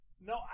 No